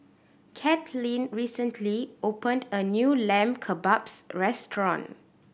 Katlyn recently opened a new Lamb Kebabs Restaurant